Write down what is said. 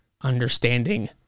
understanding